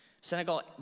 Senegal